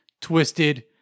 twisted